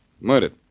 Murdered